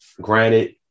granted